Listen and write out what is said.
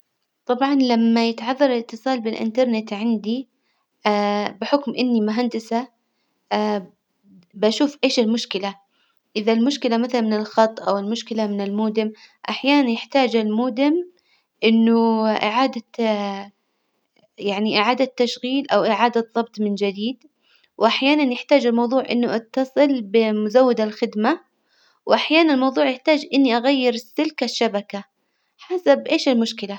طبعا لما يتعذر الإتصال بالإنترنت عندي بحكم إني مهندسة بشوف إيش المشكلة? إذا المشكلة مثلا من الخط أو المشكلة من المودم، أحيانا يحتاج المودم إنه إعادة يعني إعادة تشغيل أو إعادة ظبط من جديد، وأحيانا يحتاج الموظوع إنه أتصل بمزود الخدمة، وأحيانا الموظوع يحتاج إني أغير سلك الشبكة، حسب إيش المشكلة?